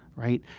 right?